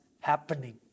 happening